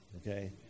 okay